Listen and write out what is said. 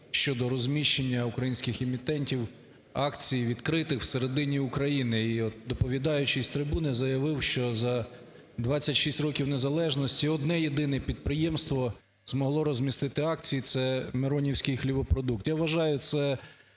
щодо розміщення українських емітентів акцій відкритих всередині України. І от доповідаючий з трибуни заявив, що за 26 років незалежності одне єдине підприємство змогло розмістити акції, це "Миронівський хлібопродукт".